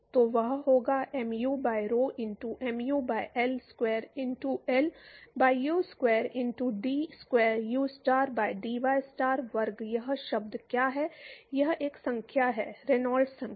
तो वह होगा mu by rho into mu by L Square into L by Usquare into d Square ustar by dyस्टार वर्ग यह शब्द क्या है यह एक संख्या है रेनॉल्ड्स संख्या